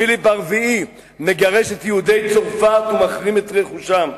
פיליפ הרביעי מגרש את יהודי צרפת ומחרים את רכושם.